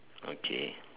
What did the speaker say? okay